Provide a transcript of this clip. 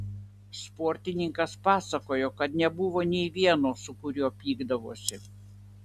sportininkas pasakojo kad nebuvo nei vieno su kuriuo pykdavosi